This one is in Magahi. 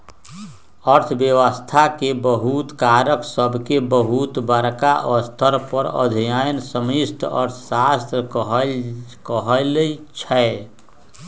अर्थव्यवस्था के बहुते कारक सभके बहुत बरका स्तर पर अध्ययन समष्टि अर्थशास्त्र कहाइ छै